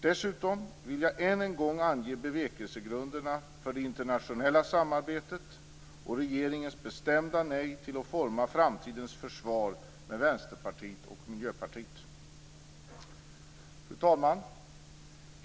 Dessutom vill jag än en gång ange bevekelsegrunderna för det internationella samarbetet och regeringens bestämda nej till att forma framtidens försvar med Vänsterpartiet och Miljöpartiet. Fru talman!